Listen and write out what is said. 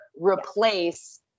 replace